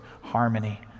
harmony